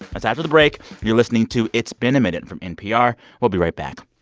that's after the break. you're listening to it's been a minute from npr. we'll be right back